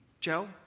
Joe